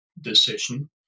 decision